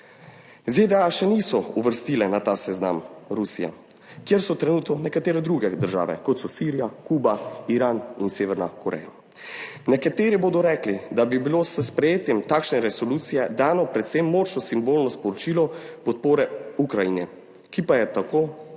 ZDA še niso uvrstile na ta seznam Rusije, kjer so trenutno nekatere druge države, kot so Sirija, Kuba, Iran in Severna Koreja. Nekateri bodo rekli, da bi bilo s sprejetjem takšne resolucije dano predvsem močno simbolno sporočilo podpore Ukrajini, ki pa je tako tudi